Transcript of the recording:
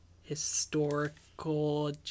historical